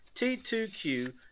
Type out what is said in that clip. T2Q